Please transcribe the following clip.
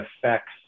affects